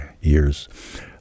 years